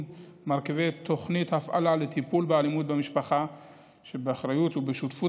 מרכיבי תוכנית הפעלה לטיפול באלימות במשפחה שבאחריות ובשותפות